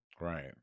Right